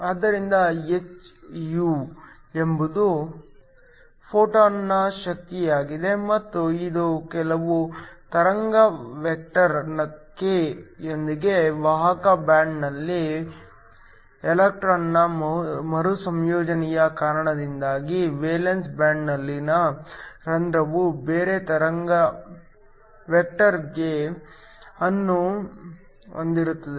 ಆದ್ದರಿಂದ hυ ಎಂಬುದು ಫೋಟಾನ್ನ ಶಕ್ತಿಯಾಗಿದೆ ಮತ್ತು ಇದು ಕೆಲವು ತರಂಗ ವೆಕ್ಟರ್ k ಯೊಂದಿಗೆ ವಾಹಕ ಬ್ಯಾಂಡ್ನಲ್ಲಿ ಎಲೆಕ್ಟ್ರಾನ್ನ ಮರುಸಂಯೋಜನೆಯ ಕಾರಣದಿಂದಾಗಿ ವೇಲೆನ್ಸ್ ಬ್ಯಾಂಡ್ನಲ್ಲಿನ ಹೋಲ್ ಬೇರೆ ತರಂಗ ವೆಕ್ಟರ್ ಕೆ k ಅನ್ನು ಹೊಂದಿರುತ್ತದೆ